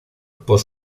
por